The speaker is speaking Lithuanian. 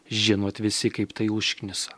žinot visi kaip tai užknisa